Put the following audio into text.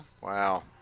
Wow